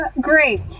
Great